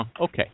Okay